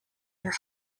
your